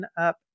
up